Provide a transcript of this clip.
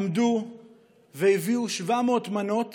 עמדו והביאו 700 מנות